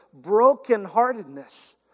brokenheartedness